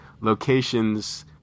locations